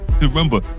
Remember